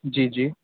जी जी